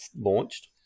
launched